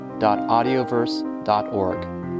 audioverse.org